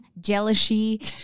jealousy